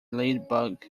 ladybug